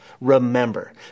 Remember